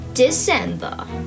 December